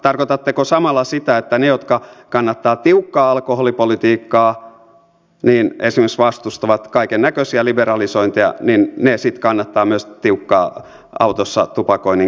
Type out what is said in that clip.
tarkoitatteko samalla sitä että ne jotka kannattavat tiukkaa alkoholipolitiikkaa esimerkiksi vastustavat kaikennäköisiä liberalisointeja sitten kannattavat myös tiukkaa autossa tupakoinnin kieltämistä